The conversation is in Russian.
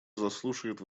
заслушает